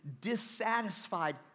dissatisfied